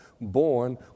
born